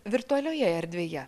virtualioje erdvėje